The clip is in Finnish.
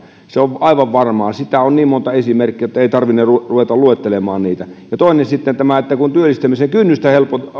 se on aivan varmaa siitä on niin monta esimerkkiä että ei tarvinne ruveta luettelemaan niitä toinen on sitten tämä että työllistämisen kynnystä